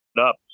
up